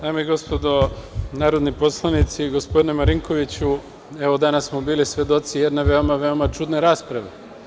Dame i gospodo narodni poslanici, gospodine Marinkoviću, evo danas smo bili svedoci jedne veoma, veoma čudne rasprave.